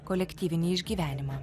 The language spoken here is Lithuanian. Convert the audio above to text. kolektyvinį išgyvenimą